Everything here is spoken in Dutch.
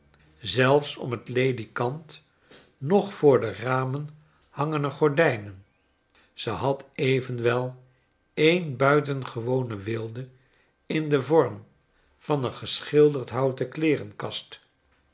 zelfs om t ledekant noch voor de ramen hangen er gordijnen ze had evenwel n buitengewone weelde in den vorm van een geschilderd houten